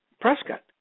Prescott